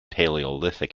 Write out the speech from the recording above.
paleolithic